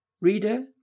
Reader